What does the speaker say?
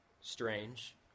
strange